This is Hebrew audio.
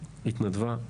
התנדבה,